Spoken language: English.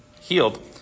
healed